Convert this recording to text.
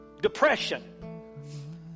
depression